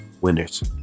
winners